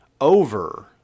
over